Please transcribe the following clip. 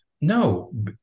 no